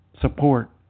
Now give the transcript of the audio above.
support